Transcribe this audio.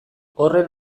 horren